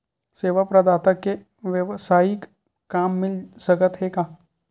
सेवा प्रदाता के वेवसायिक काम मिल सकत हे का?